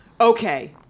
Okay